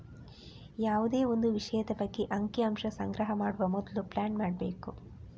ಯಾವುದೇ ಒಂದು ವಿಷಯದ ಬಗ್ಗೆ ಅಂಕಿ ಅಂಶ ಸಂಗ್ರಹ ಮಾಡುವ ಮೊದ್ಲು ಪ್ಲಾನ್ ಮಾಡ್ಬೇಕು